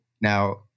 Now